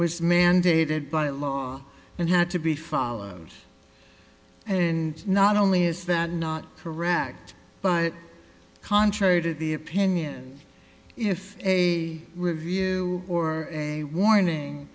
was mandated by law and had to be followed and not only is that not correct but contrary to the opinion if a review or a warning